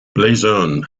blazon